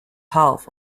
half